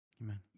Amen